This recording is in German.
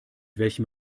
welchem